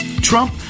Trump